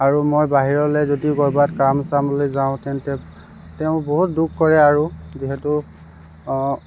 আৰু মই বাহিৰলৈ যদি ক'ৰবাত কাম চামলৈ যাওঁ তেন্তে তেওঁ বহুত দুখ কৰে আৰু যিহেতু